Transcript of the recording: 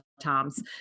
times